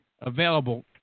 available